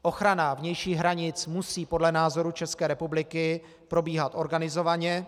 Ochrana vnějších hranic musí podle názoru České republiky probíhat organizovaně.